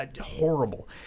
horrible